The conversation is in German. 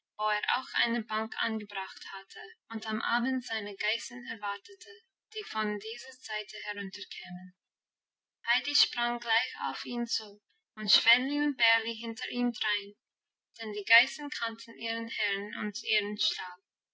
auch eine bank angebracht hatte und am abend seine geißen erwartete die von dieser seite herunterkämen heidi sprang gleich auf ihn zu und schwänli und bärli hinter ihm drein denn die geißen kannten ihren herrn und ihren